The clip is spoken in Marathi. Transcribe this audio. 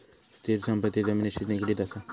स्थिर संपत्ती जमिनिशी निगडीत असा